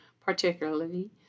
particularly